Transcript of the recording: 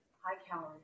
high-calorie